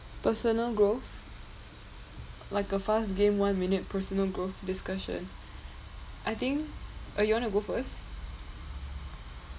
personal growth like a fast game one minute personal growth discussion I think uh you wanna go first